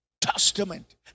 Testament